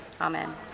Amen